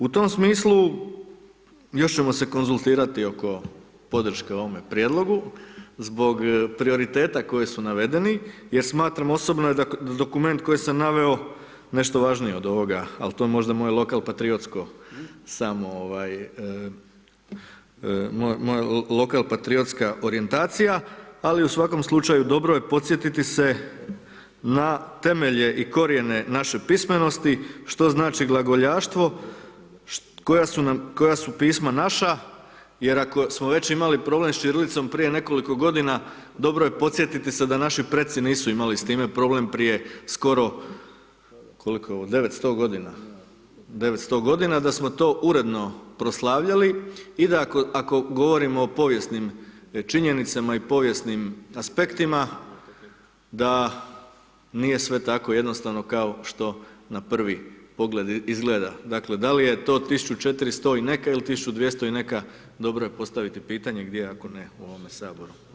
U tom smislu još ćemo se konzultirati oko podrške ovome prijedlogu zbog prioriteta koji su navedeni, jer smatram osobno je dokument koji sam naveo nešto važniji od ovoga, al to je možda lokal patriotsko samo lokal patriotska orijentacija ali u svakom slučaju, dobro je podsjetiti se na temelje i korijene naše pismenosti, što znači glagoljaštvo, koja su pisma naša jer ako smo već imali problem sa ćirilicom prije nekoliko godina, dobro je podsjetiti se da naši preci nisu imali s time problem prije skoro koliko, 900 g., da smo to uredno proslavljali i da ako govorimo o povijesnim činjenicama i povijesnim aspektima, da nije sve tako jednostavno kao što na prvi pogled izgleda, dakle da li je to 1400- i neke ili 1200. i neka, dobro je postaviti pitanje gdje ako ne u ovome Saboru.